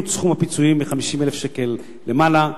את סכום הפיצויים מ-50,000 שקל למעלה.